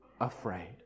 afraid